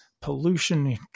pollution